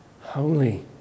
holy